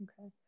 Okay